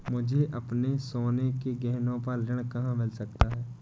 मुझे अपने सोने के गहनों पर ऋण कहाँ मिल सकता है?